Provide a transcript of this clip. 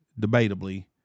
debatably